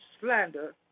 slander